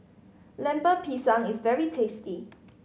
Lemper Pisang is very tasty